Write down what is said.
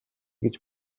гэж